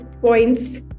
points